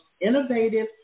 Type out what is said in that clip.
innovative